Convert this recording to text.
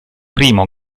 primo